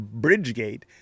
Bridgegate